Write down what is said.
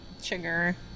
Sugar